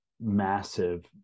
massive